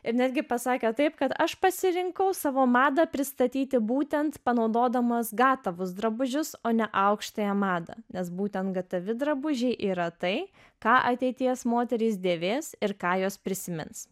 ir netgi pasakė taip kad aš pasirinkau savo madą pristatyti būtent panaudodamas gatavus drabužius o ne aukštąją madą nes būten gatavi drabužiai yra tai ką ateities moterys dėvės ir ką jos prisimins